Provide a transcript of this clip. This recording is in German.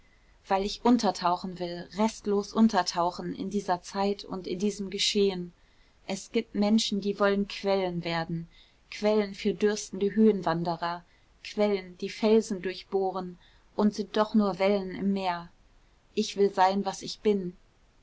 weil ich untertauchen will restlos untertauchen in dieser zeit und in diesem geschehen es gibt menschen die wollten quellen werden quellen für dürstende höhenwanderer quellen die felsen durchbohren und sind doch nur wellen im meer ich will sein was ich bin